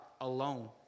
alone